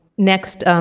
next,